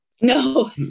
no